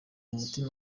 umuti